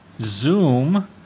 Zoom